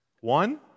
One